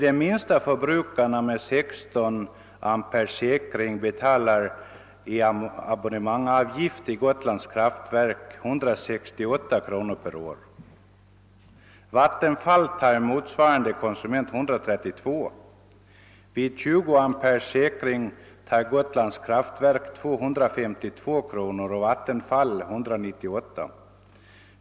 De minsta förbrukarna med 16 ampere säkring be talar 168 kronor om året i abonnemangsavgift till Gotlands kraftverk. Vattenfall tar av motsvarande konsumentgrupp 132 kronor per år. Vid 20 ampere säkring är enahanda avgift till Gotlands kraftverk 252 kronor medan Vattenfall tar 198.